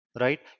right